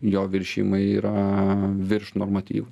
jo viršijimai yra virš normatyvų